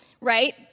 right